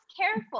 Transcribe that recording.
careful